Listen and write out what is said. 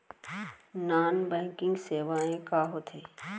non banking सेवाएं का होथे